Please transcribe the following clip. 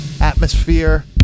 atmosphere